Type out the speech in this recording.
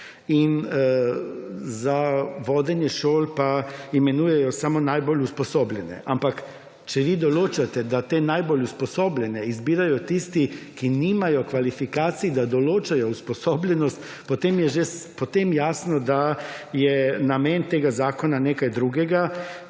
in za vodenje šol pa imenujejo samo najbolj usposobljene. Ampak, če vi določate, da te najbolj usposobljene izbirajo tisti, ki nimajo kvalifikacij, da določajo usposobljenost, potem je jasno, da je namen tega zakona nekaj drugega,